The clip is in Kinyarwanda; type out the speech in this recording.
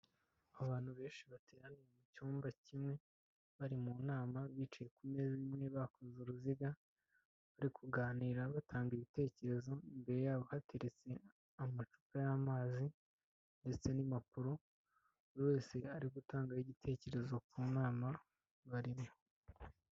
Abantu benshi bateraniye mu cyumba kimwe, bari mu nama bicaye ku meza imwe bakoze uruziga, bari kuganira batanga ibitekerezo, imbere yabo hateretse amacupa y'amazi ndetse n'impapuro, buri wese ari gutangaho igitekerezo ku nama barimo.